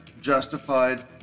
Justified